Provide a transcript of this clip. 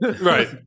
Right